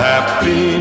Happy